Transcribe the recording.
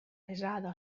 pesada